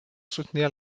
soutenir